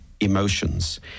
emotions